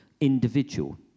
individual